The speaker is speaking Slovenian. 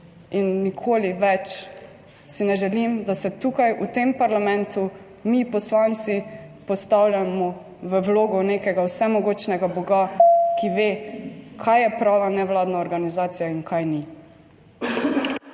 In nikoli več si ne želim, da se tukaj v tem parlamentu mi poslanci postavljamo v vlogo nekega vsemogočnega boga, ki ve kaj je prava nevladna organizacija in kaj ni.